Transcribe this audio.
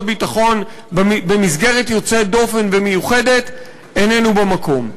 ביטחון במסגרת יוצאת דופן ומיוחדת איננה במקום,